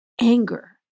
anger